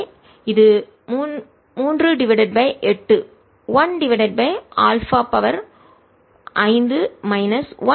ஆகவே இது 3 divided by 8 1 divided by α 5 minus 1 divided by α 5